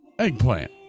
Eggplant